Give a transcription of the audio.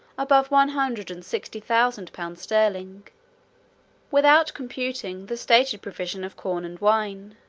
above one hundred and sixty thousand pounds sterling without computing the stated provision of corn and wine,